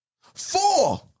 four